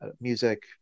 music